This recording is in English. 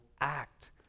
act